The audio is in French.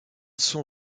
son